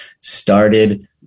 started